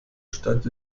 stand